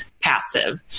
passive